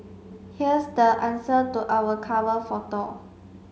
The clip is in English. here's the answer to our cover photo